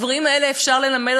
את הדברים האלה אפשר ללמד.